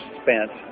spent